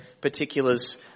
particulars